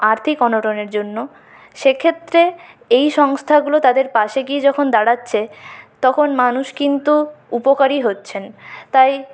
আর্থিক অনটনের জন্য সেক্ষেত্রে এই সংস্থাগুলো তাদের পাশে গিয়ে যখন দাঁড়াচ্ছে তখন মানুষ কিন্তু উপকারি হচ্ছেন তাই